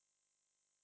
ya